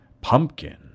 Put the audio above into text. pumpkin